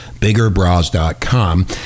biggerbras.com